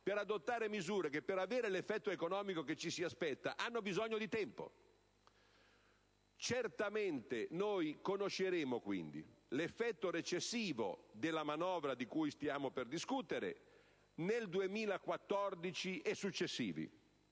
per adottare misure che, per avere l'effetto economico che ci si aspetta, hanno bisogno di tempo. Certamente conosceremo l'effetto recessivo della manovra di cui stiamo per discutere nel 2014 e negli